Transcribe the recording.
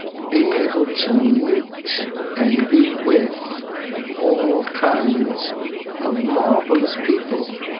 being able to meet and be with all kinds of marvelous people.